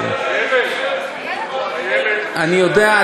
הרעיון היה התחשבות, אני יודע.